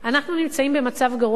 אנחנו נמצאים במצב גרוע,